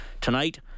tonight